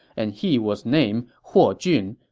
and he was named huo jun.